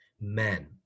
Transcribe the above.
men